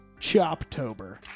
Choptober